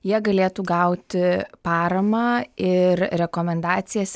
jie galėtų gauti paramą ir rekomendacijas